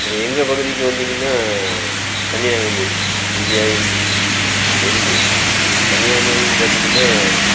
அப்புறம் எங்கள் பகுதிக்கு வந்திங்கன்னா கன்னியாகுமரி இந்தியாவின் எண்டு கன்னியாகுமரின்னு பார்த்தீங்கன்னா